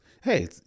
hey